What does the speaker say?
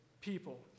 people